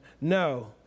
no